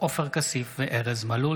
עופר כסיף וארז מלול